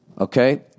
okay